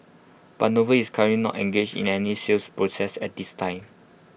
but noble is current not engaged in any sales process at this time